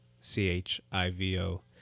C-H-I-V-O